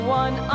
one